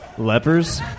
Lepers